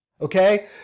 Okay